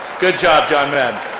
good job, john madden